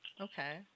Okay